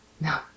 No